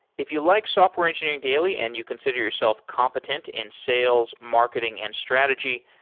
if you like software engineering daily and you consider yourself competent in sales, marketing, and strategy,